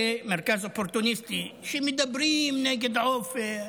אלה מרכז אופורטוניסטי שמדברים נגד עופר,